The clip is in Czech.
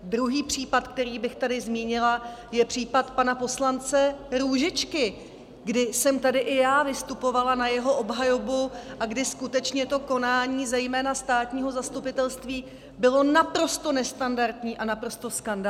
Druhý případ, který bych tady zmínila, je případ pana poslance Růžičky, kdy jsem tady i já vystupovala na jeho obhajobu a kdy skutečně to konání zejména státního zastupitelství bylo naprosto nestandardní a naprosto skandální.